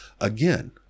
Again